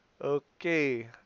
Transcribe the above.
Okay